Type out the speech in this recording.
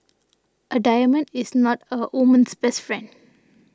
a diamond is not a woman's best friend